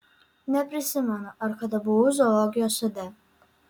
neprisimenu ar kada buvau zoologijos sode